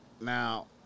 now